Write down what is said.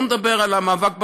אני לא מדבר על המאבק בטרור,